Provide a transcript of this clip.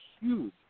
huge